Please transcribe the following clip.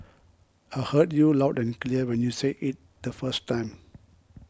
I heard you loud and clear when you said it the first time